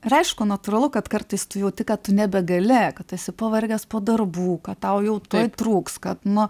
ir aišku natūralu kad kartais tu jauti kad kad tu nebegali tu esi pavargęs po darbų kad tau jau tuoj trūks kad nu